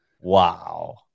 Wow